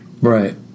right